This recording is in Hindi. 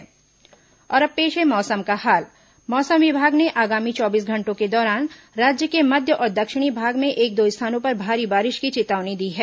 मौसम और अब पेश है मौसम का हाल मौसम विभाग ने आगामी चौबीस घंटों के दौरान राज्य के मध्य और दक्षिणी भाग में एक दो स्थानों पर भारी बारिश की चेतावनी दी है